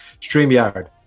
StreamYard